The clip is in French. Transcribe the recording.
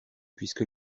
puisque